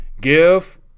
give